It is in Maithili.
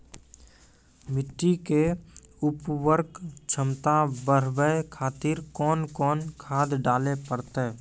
मिट्टी के उर्वरक छमता बढबय खातिर कोंन कोंन खाद डाले परतै?